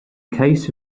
case